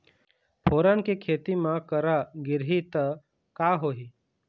फोरन के खेती म करा गिरही त का होही?